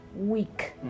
week